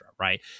right